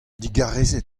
digarezit